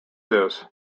this